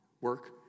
Work